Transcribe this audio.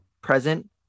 present